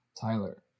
tyler